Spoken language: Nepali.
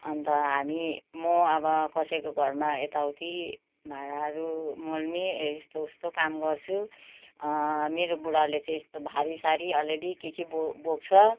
अन्त हामी म अब कसैको घरमा यता उती भाँडाहरू मोल्ने यस्तो उस्तो काम गर्छु मेरो बुढाले चाहिँ यस्तो भारी सारी अलिअलि के के बोक्छ